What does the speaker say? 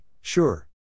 sure